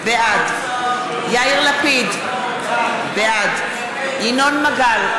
בעד יאיר לפיד, בעד ינון מגל,